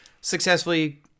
successfully